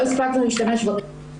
לא הספקנו להשתמש בתקציב